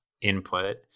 input